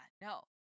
no